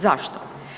Zašto?